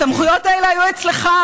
הסמכויות האלה היו אצלך.